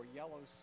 yellow